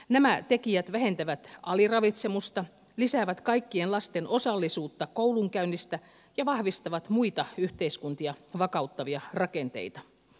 nämä tekijät vähentävät aliravitsemusta lisäävät kaikkien lasten osallisuutta koulunkäynnistä ja vahvistavat muita yhteiskuntia vakauttavia rakenteita